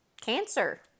Cancer